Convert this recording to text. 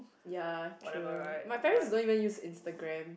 ya true my parents don't even use instagram